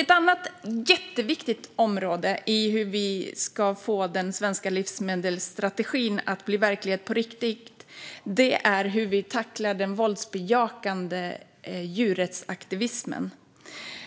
En annan jätteviktig fråga för att den svenska livsmedelsstrategin ska bli verklighet på riktigt är hur vi tacklar den våldsbejakande djurrättsaktivismen.